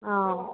অঁ